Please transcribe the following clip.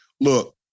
Look